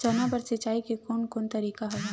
चना बर सिंचाई के कोन कोन तरीका हवय?